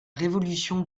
révolution